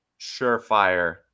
surefire